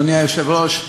אדוני היושב-ראש,